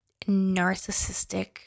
narcissistic